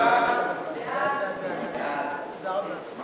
סעיף 19